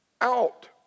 out